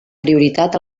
prioritat